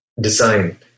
design